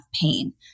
pain